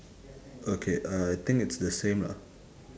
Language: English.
okay I think it's the same lah